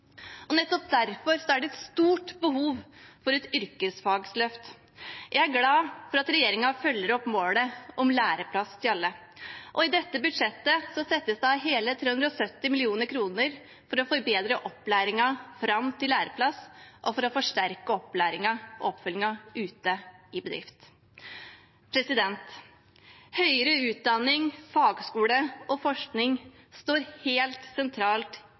og nettopp derfor er det et stort behov for et yrkesfagløft. Jeg er glad for at regjeringen følger opp målet om læreplass til alle. I dette budsjettet settes det av hele 370 mill. kr for å forbedre opplæringen fram til læreplass og for å forsterke opplæringen og oppfølgingen ute i bedriften. Høyere utdanning, fagskole og forskning står helt sentralt